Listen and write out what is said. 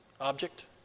object